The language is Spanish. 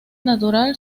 natural